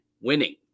winning